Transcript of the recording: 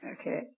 Okay